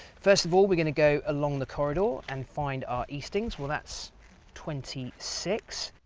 first of all we going to go along the corridor and find our eastings well that's twenty six.